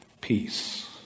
peace